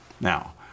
Now